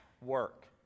work